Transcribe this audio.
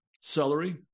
Celery